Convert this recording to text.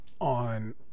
on